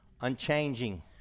unchanging